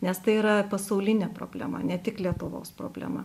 nes tai yra pasaulinė problema ne tik lietuvos problema